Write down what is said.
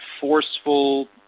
forceful